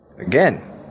again